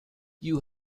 you